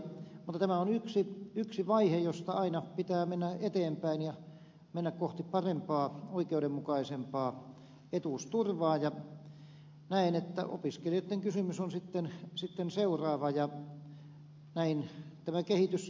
mutta tämä on yksi vaihe josta aina pitää mennä eteenpäin ja mennä kohti parempaa oikeudenmukaisempaa etuusturvaa ja näen että opiskelijoitten kysymys on sitten seuraava ja näin tämä kehitys